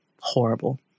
horrible